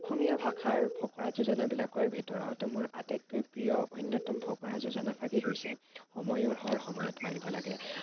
অসমীয়া ভাষাৰ ফঁকৰা যোজনাবিলাকৰ ভিতৰত মোৰ আতাতকৈ প্ৰিয় অন্যতম ফঁকৰা যোজনাফাঁকি হৈছে সময়ৰ শৰ সময়ত মাৰিব লাগে